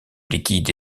liquide